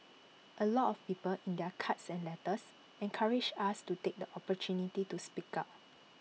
A lot of people in their cards and letters encouraged us to take the opportunity to speak out